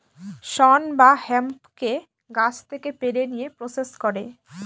শন বা হেম্পকে গাছ থেকে পেড়ে নিয়ে প্রসেস করে